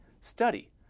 study